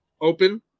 open